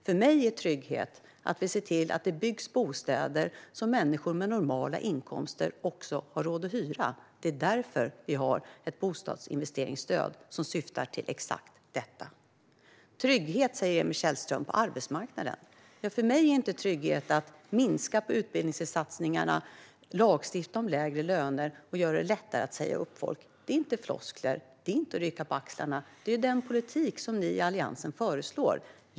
För mig är trygghet att se till att det byggs bostäder som människor med normala inkomster har råd att hyra. Det är därför regeringen har ett bostadsinvesteringsstöd som syftar till exakt detta. Trygghet på arbetsmarknaden talar Emil Källström om. För mig är trygghet inte att minska på utbildningssatsningarna, lagstifta om lägre löner och göra det lättare att säga upp folk. Det är inte floskler eller att rycka på axlarna. Det här är ju den politik som ni i Alliansen föreslår.